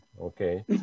okay